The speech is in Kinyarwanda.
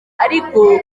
ariko